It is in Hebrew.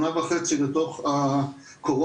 שנה וחצי לתוך הקורונה,